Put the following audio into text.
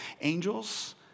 angels